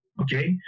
Okay